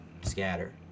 scatter